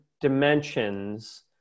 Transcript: dimensions